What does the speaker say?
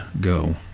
go